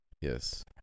Yes